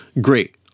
great